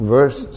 Verse